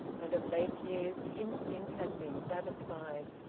and of late years the instinct had been satisfied,